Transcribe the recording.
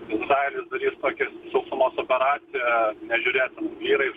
izraelis darys tokį sausumos operaciją nežiūrės ten vyrai